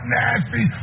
nasty